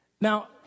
Now